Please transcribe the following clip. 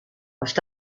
ast